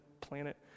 planet